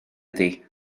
iddi